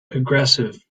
aggressive